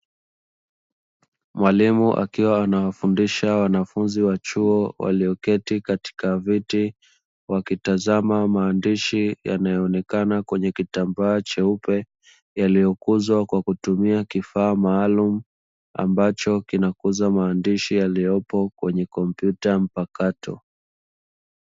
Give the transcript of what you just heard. Mwalimu akiwa anawafundisha wanafunzi wa chuo walioketi katika viti, wakitazama maandishi yanayoonekana kwenye kitambaa cheupe, yaliyokuzwa kwa kutumia kifaa maalumu ambacho kinakuza maandishi yaliyopo kwenye kompyuta mpakato.